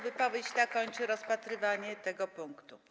Wypowiedź ta kończy rozpatrywanie tego punktu.